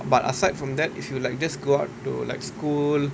but aside from that if you like just go out to like school